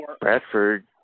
Bradford